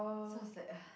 so I was like !ugh!